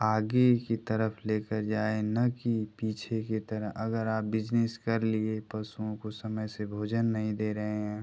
आगे की तरफ़ लेकर जाए ना कि पीछे की तरफ़ अगर आप बिजनेस कर लिए पशुओं को समय से भोजन नहीं दे रहे हैं